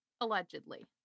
Allegedly